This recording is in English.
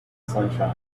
sunshine